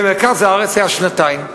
במרכז הארץ היה שנתיים.